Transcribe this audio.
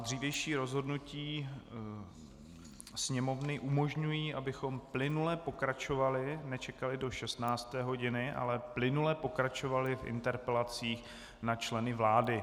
Dřívější rozhodnutí Sněmovny umožňují, abychom plynule pokračovali, nečekali do 16. hodiny, ale plynule pokračovali v interpelacích na členy vlády.